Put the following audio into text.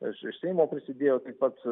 iš iš seimo prasidėjo taip pat